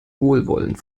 wohlwollend